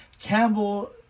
Campbell